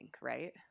Right